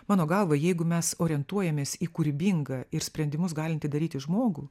mano galva jeigu mes orientuojamės į kūrybingą ir sprendimus galintį daryti žmogų